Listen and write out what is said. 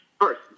first